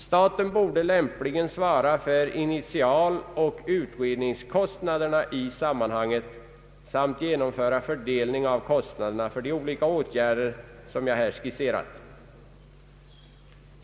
Staten borde lämpligen svara för initialoch utredningskostnaderna i sammanhanget samt genomföra en fördelning av kostnaderna för de olika åtgärder som jag här har skisserat.